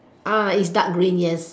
ah it's dark green yes